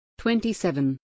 27